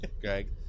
Greg